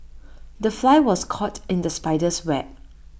the fly was caught in the spider's web